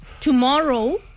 tomorrow